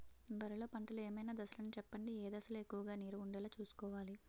వరిలో పంటలు ఏమైన దశ లను చెప్పండి? ఏ దశ లొ ఎక్కువుగా నీరు వుండేలా చుస్కోవలి?